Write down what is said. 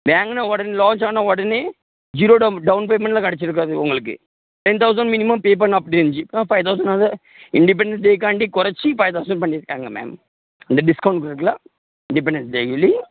வாங்குன உடனே லான்ச் ஆன உடனே ஜீரோ ட டவுன் பேமெண்ட்டில் கிடச்சிருக்காது உங்களுக்கு டென் தவுன்சண்ட் மினிமம் பே பண்ணணும் அப்படின்னு இருந்துச்சு இப்போ ஃபைவ் தவுசண்ட் ஆவது இண்டிபெண்டன்ட டேகாண்டி குறச்சி ஃபைவ் தவுசண்ட் பண்ணிருக்காங்க மேம் அந்த டிஸ்கவுன்ட் இருக்குல இண்டிபெண்டன்ஸ் டே சொல்லி